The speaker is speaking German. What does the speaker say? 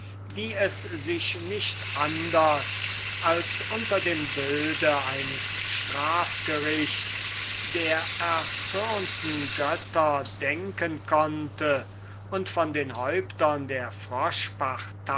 die es sich nicht anders als unter dem bilde eines strafgerichts der erzürnten götter denken konnte und von den häuptern der